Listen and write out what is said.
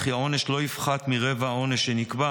וכי העונש לא יפחת מרבע העונש שנקבע